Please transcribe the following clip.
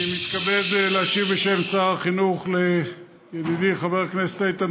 אני מתכבד להשיב בשם שר החינוך לידידי חבר הכנסת איתן